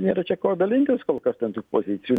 nėra čia ko dalintis kol kas ten tų pozicijų